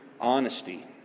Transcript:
Honesty